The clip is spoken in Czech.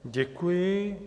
Děkuji.